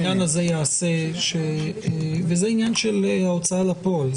זה עניין של הוצאה לפועל.